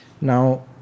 now